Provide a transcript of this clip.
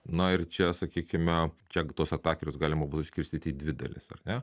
na ir čia sakykime čia tuos atakerius galima būtų skirstyti į dvi dalis ar ne